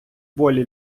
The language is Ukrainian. волі